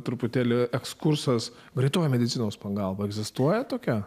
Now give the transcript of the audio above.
truputėlį ekskursas greitoji medicinos pagalba egzistuoja tokia